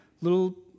little